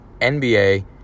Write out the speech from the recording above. NBA